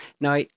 Now